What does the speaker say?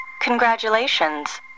Congratulations